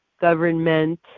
government